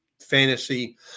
fantasy